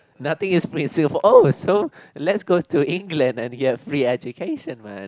nothing is free in Singapore oh so lets go to England and get free education man